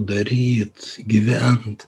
daryt gyvent